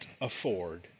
afford